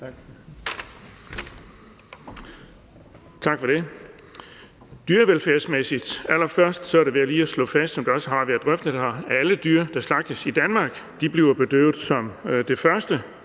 Tak for det. Dyrevelfærdsmæssigt vil jeg allerførst lige slå fast – som det også har været drøftet her – at alle dyr, der slagtes i Danmark, bliver bedøvet som det første.